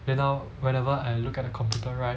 then now whenever I look at the computer right